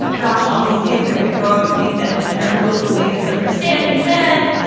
gosh, all these kids are gonna grow up to think that women are willfully misunderstanding men.